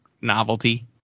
novelty